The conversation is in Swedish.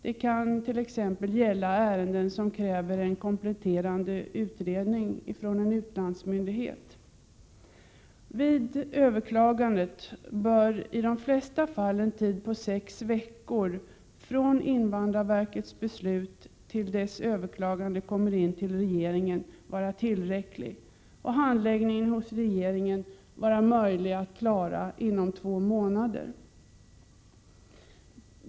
Det kan t.ex. gälla ärenden som kräver en kompletterande utredning från en utlandsmyndighet. Vid överklagandet bör i de flesta fall en tid på sex veckor från invandrarverkets beslut till dess överklagande kommer in till regeringen vara tillräcklig och handläggningen hos regeringen vara möjlig att klara inom två månader.